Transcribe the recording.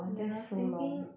ya I was thinking